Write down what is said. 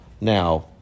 Now